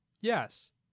yes